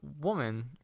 woman